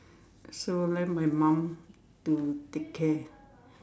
so left my mum to take care